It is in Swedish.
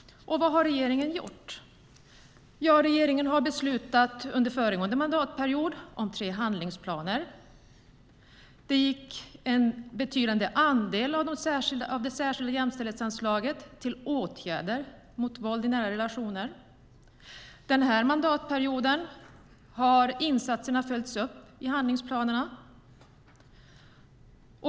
Vad har regeringen gjort? Regeringen beslutade under föregående mandatperiod om tre handlingsplaner. En betydande andel av det särskilda jämställdhetsanslaget gick till åtgärder mot våld i nära relationer. Den här mandatperioden har insatserna följts upp i handlingsplanerna.